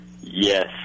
Yes